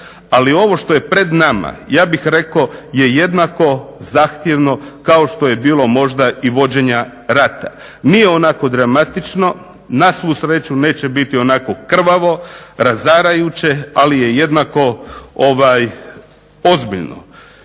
Ali ovo što je pred nama ja bih rekao je jednako zahtjevno kao što je bilo možda i vođenje rata. Nije onako dramatično. Na svu sreću neće biti onako krvavo, razarajuće ali je jednako ozbiljno.